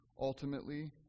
ultimately